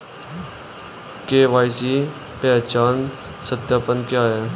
KYC पहचान सत्यापन क्या है?